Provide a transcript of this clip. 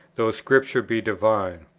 though scripture be divine.